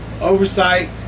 Oversight